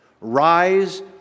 rise